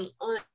on